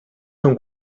són